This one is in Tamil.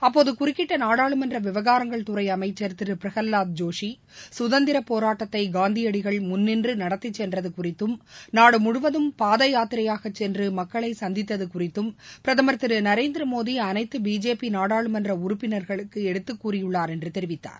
அப்போது குறிக்கிட்ட நாடாளுமன்ற விவகாரங்கள் துறை அமைச்சர் திரு பிரகலாத் ஜோஷி சுதந்திர போராட்டத்தை காந்தியடிகள் முன்னின்று நடத்தி சென்றது குறித்தும் நாடு முழுவதும் பாதயாத்திரையாக சென்று மக்களை சந்தித்து குழித்தும் பிரதமர் திரு நரேந்திர மோடி அனைத்து பிஜேபி நாடாளுமன்ற உறுப்பினர்களுக்கு எடுத்து கூறியுள்ளார் என்று தெரிவித்தார்